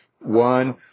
One